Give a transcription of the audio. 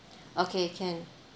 okay can